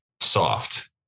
soft